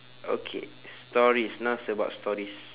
okay stories now it's about stories